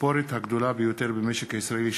התספורת הגדולה ביותר במשק הישראלי,